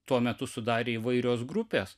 tuo metu sudarė įvairios grupes